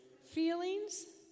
Feelings